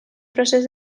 procés